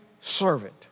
servant